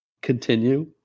continue